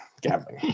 gambling